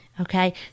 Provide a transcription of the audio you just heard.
okay